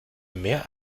mehr